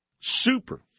super